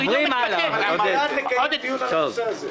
אני בעד לקיים דיון על הנושא הזה.